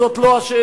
זו לא השאלה.